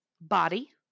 Body